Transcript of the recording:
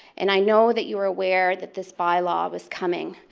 and i know that you are aware that this by law was coming.